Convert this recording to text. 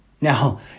Now